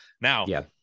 Now